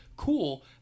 cool